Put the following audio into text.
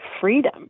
freedom